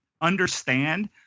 understand